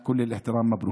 כל הכבוד.